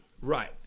right